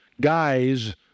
guys